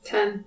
Ten